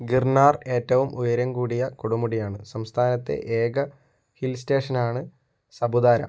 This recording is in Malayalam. ഗിർനാർ ഏറ്റവും ഉയരം കൂടിയ കൊടുമുടിയാണ് സംസ്ഥാനത്തെ ഏക ഹിൽസ്റ്റേഷനാണ് സപുതാര